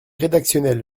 rédactionnel